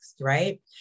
right